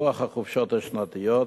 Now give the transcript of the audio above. לוח החופשות השנתיות,